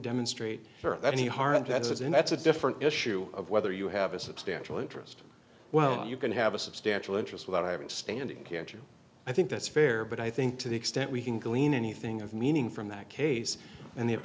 demonstrate for any hard headed and that's a different issue of whether you have a substantial interest well you can have a substantial interest without having standing character i think that's fair but i think to the extent we can glean anything of meaning from that case and